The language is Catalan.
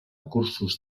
cursos